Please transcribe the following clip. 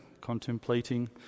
contemplating